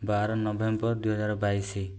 ବାର ନଭେମ୍ବର ଦୁଇହଜାର ବାଇଶି